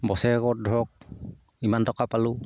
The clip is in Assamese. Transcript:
বছৰেকত ধৰক ইমান টকা পালোঁ